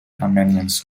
amendments